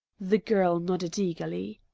the girl nodded eagerly.